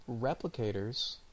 replicators